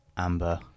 Amber